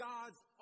God's